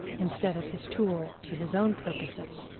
instead of his tool to his own purposes.